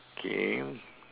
okay